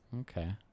okay